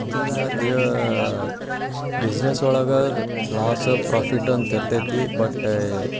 ಅಂದಂಗೆ ದ್ಯೋ ಬಿಸ್ನೆಸ್ ಒಳಗೆ ಲಾಸು ಪ್ರಾಫಿಟ್ಟು ಅಂತ ಇರ್ತೈತಿ ಬಟ್